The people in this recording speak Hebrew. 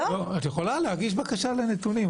את יכולה להגיש בקשה לנתונים,